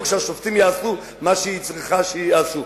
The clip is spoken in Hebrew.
שהשופטים יעשו מה שהיא צריכה שהם יעשו.